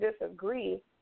disagree